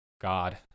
god